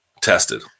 tested